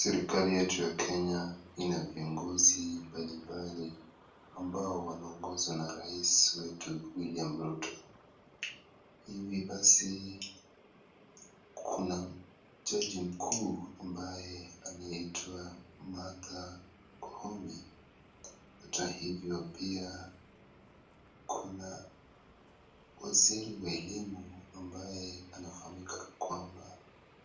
Serikali yetu ya Kenya ina viongozi mbalimbali ambao wanaongozwa na rais wetu William Ruto. Hivi basi kuna jaji mkuu ambaye anaitwa Martha Koome. Hata hivyo pia kuna waziri wa elimu ambaye anafahamika kama